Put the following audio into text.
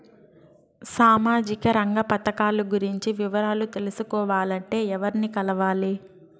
సామాజిక రంగ పథకాలు గురించి వివరాలు తెలుసుకోవాలంటే ఎవర్ని కలవాలి?